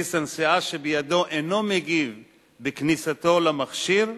וכרטיס הנסיעה שבידו אינו מגיב בכניסתו למכשיר,